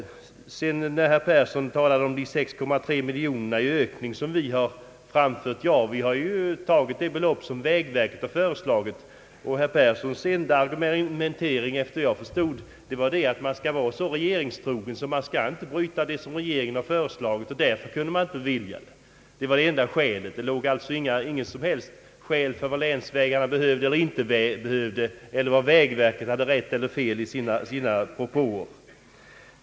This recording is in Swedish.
Herr Persson berörde de 6,3 miljoner kronor som vi begärt i ytterligare ökning. Vi har helt enkelt tagit det belopp som vägverket föreslagit. Herr Perssons enda argument för avslag var såvitt jag förstår att man inte skall gå emot regeringens förslag. Därför skulle alltså inte vårt förslag kunna bifallas. Detta var hans enda skäl. Men han anförde inga argument för vad länsvägarna behöver eller inte behöver eller om vägverket har rätt eller fel med sina förslag.